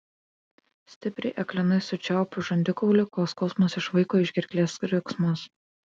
stipriai aklinai sučiaupiu žandikaulį kol skausmas išvaiko iš gerklės riksmus